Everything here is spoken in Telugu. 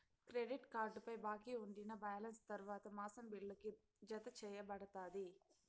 క్రెడిట్ కార్డుపై బాకీ ఉండినా బాలెన్స్ తర్వాత మాసం బిల్లుకి, జతచేయబడతాది